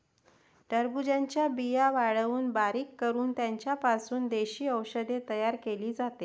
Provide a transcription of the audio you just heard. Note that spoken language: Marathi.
टरबूजाच्या बिया वाळवून बारीक करून त्यांचा पासून देशी औषध तयार केले जाते